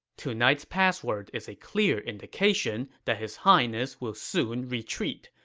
tonight's password is a clear indication that his highness will soon retreat,